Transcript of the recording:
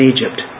Egypt